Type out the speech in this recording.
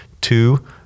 two